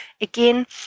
Again